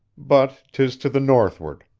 but tis to the northward.